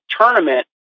tournament